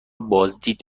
بازدید